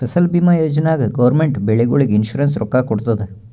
ಫಸಲ್ ಭೀಮಾ ಯೋಜನಾ ನಾಗ್ ಗೌರ್ಮೆಂಟ್ ಬೆಳಿಗೊಳಿಗ್ ಇನ್ಸೂರೆನ್ಸ್ ರೊಕ್ಕಾ ಕೊಡ್ತುದ್